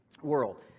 world